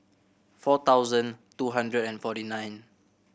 four thousand two hundred and forty nine